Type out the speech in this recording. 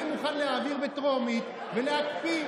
אני מוכן להעביר בטרומית ולהקפיא,